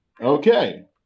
okay